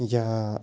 یا